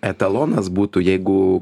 etalonas būtų jeigu